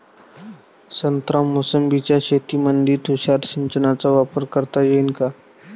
संत्रा मोसंबीच्या शेतामंदी तुषार सिंचनचा वापर करता येईन का?